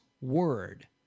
word